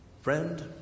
Friend